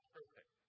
perfect